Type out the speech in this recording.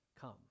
come